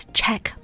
check